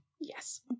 yes